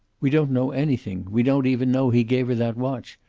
we don't know anything we don't even know he gave her that watch.